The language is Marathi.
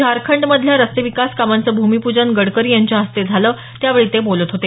झारखंडमधल्या रस्ते विकास कामांचं भूमिपूजन गडकरी यांच्या हस्ते झालं त्यावेळी ते बोलत होते